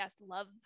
love